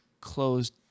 closed